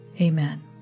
Amen